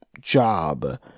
job